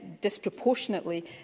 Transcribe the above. disproportionately